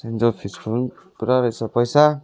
school पुरा रहेछ पैसा